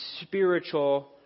spiritual